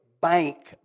bank